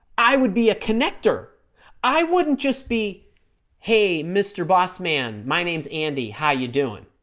i would be a connector i wouldn't just be hey mister boss man my name's andy how you doing